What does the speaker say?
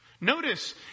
Notice